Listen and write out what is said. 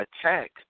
attack